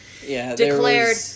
declared